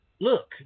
look